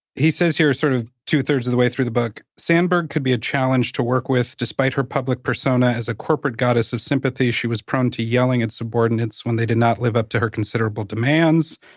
he says here sort of two thirds of the way through the book, sandberg could be a challenge to work with. despite her public persona as a corporate goddess of sympathy, she was prone to yelling at subordinates when they did not live up to her considerable demands.